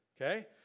Okay